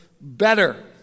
better